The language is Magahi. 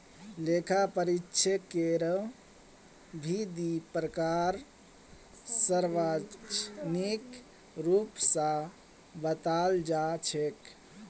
लेखा परीक्षकेरो भी दी प्रकार सार्वजनिक रूप स बताल जा छेक